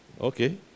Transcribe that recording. Okay